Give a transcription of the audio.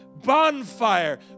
bonfire